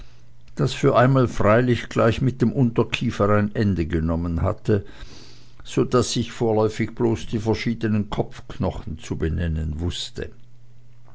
das für einmal freilich gleich mit dem unterkiefer ein ende genommen hatte so daß ich vorläufig bloß die verschiedenen kopfknochen zu benennen wußte